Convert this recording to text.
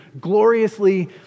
gloriously